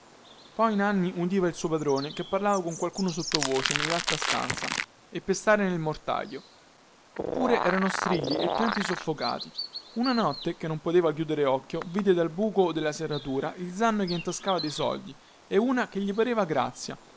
poi nanni udiva il suo padrone che parlava con qualcuno sottovoce nellaltra stanza e pestare nel mortaio oppure erano strilli e pianti soffocati una notte che non poteva chiudere occhio vide dal buco della serratura il zanno che intascava dei soldi e una che gli parve grazia